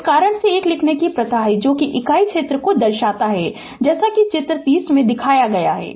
इस कारण से 1 लिखने की प्रथा है जो कि इकाई क्षेत्र को दर्शाता है जैसा कि चित्र 30 में दिखाया गया है